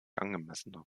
angemessener